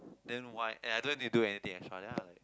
then why and I don't need to do anything extra ya